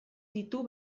ditu